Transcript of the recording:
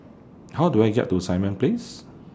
How Do I get to Simon Place